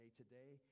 today